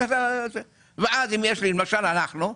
למשל אנחנו,